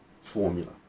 formula